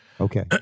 Okay